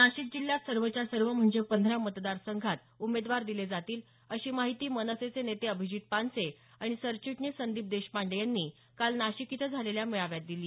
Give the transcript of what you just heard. नाशिक जिल्ह्यात सर्वच्या सर्व म्हणजे पंधरा मतदार संघांत उमेदवार दिले जातील अशी माहिती मनसेचे नेते अभिजित पानसे आणि सरचिटणीस संदीप देशपांडे यांनी काल नाशिक इथं झालेल्या मेळाव्यात दिली